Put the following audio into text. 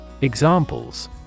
Examples